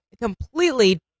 completely